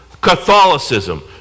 Catholicism